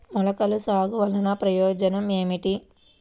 మొలకల సాగు వలన ప్రయోజనం ఏమిటీ?